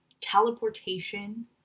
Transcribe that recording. teleportation